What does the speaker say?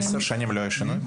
10 שנים לא היה שינוי?